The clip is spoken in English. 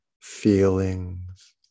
feelings